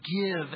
give